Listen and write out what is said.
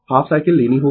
half cycle लेनी होगी